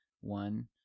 one